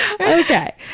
Okay